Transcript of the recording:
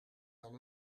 dan